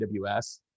AWS